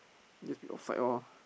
just read off slide lor